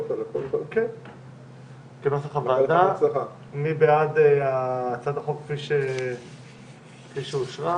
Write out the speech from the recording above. כפי שאושרה.